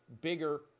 bigger